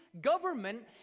government